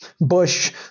Bush